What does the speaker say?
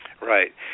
Right